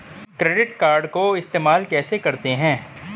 Credit card को इस्तेमाल कैसे करते हैं?